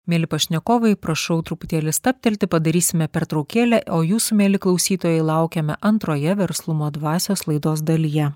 mieli pašnekovai prašau truputėlį stabtelti padarysime pertraukėlę o jūsų mieli klausytojai laukiame antroje verslumo dvasios laidos dalyje